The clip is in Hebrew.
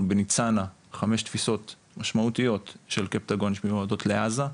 בניצנה 5 תפיסות משמעותיות של קפטגון שמועדות לעזה.